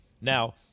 Now